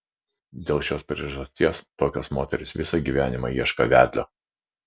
dėl šios priežasties tokios moterys visą gyvenimą ieško vedlio